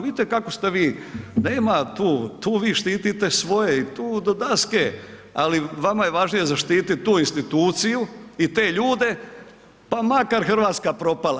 Vidite kako ste vi, nema tu, tu vi štitite svoje i do daske, ali vama je važnije zaštititi tu instituciju i te ljude, pa makar Hrvatska propala.